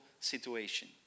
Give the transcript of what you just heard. situation